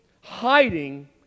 hiding